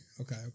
okay